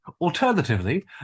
alternatively